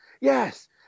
yes